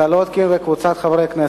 סולודקין וקבוצת חברי הכנסת,